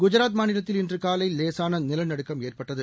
குஜராத் மாநிலத்தில் இன்றுகாலைலேசானநிலநடுக்கம் ஏற்பட்டது